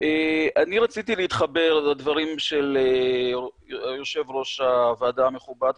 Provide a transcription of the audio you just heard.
אני רציתי להתחבר לדברים של יושב ראש הוועדה המכובד,